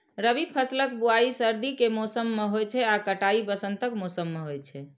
रबी फसलक बुआइ सर्दी के मौसम मे होइ छै आ कटाइ वसंतक मौसम मे होइ छै